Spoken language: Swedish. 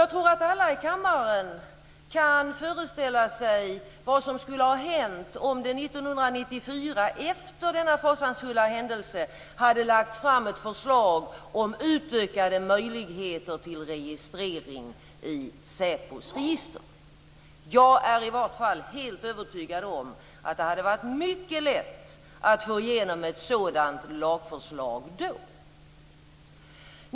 Jag tror att alla i kammaren kan föreställa sig vad som skulle ha hänt om det 1994, efter denna fasanfulla händelse, hade lagts fram ett förslag om utökade möjligheter till registrering i SÄPO:s register. I varje fall jag är helt övertygad om att det hade varit mycket lätt att få igenom ett sådant lagförslag då.